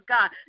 God